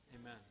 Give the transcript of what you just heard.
Amen